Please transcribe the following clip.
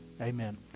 Amen